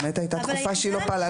באמת היתה תקופה שהיא לא פעלה.